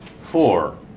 four